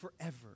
forever